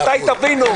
מתי תבינו?